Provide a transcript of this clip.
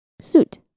suit